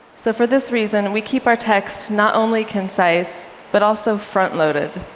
so for this reason, we keep our text not only concise, but also frontloaded.